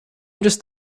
just